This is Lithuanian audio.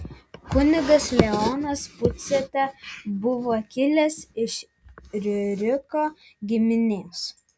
kunigas leonas puciata buvo kilęs iš riuriko giminės